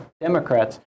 Democrats